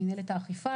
ממנהלת האכיפה,